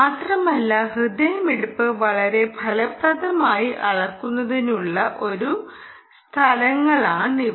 മാത്രമല്ല ഹൃദയമിടിപ്പ് വളരെ ഫലപ്രദമായി അളക്കുന്നതിനുള്ള നല്ല സ്ഥലങ്ങളാണിവ